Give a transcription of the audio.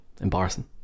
embarrassing